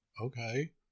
Okay